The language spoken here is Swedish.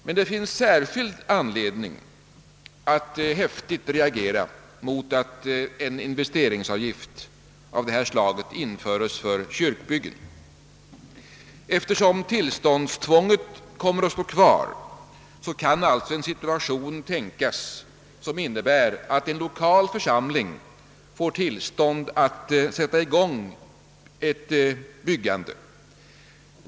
Men det finns särskild anledning att häftigt reagera mot att en investeringsavgift av detta slag införes för kyrkobyggen. Eftersom tillståndstvånget kommer att stå kvar, kan alltså en situation tänkas som innebär att en lokal församling får tillstånd att sätta i gång ett byggande.